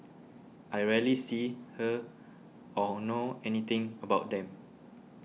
I rarely see her or know anything about them